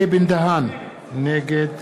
נגד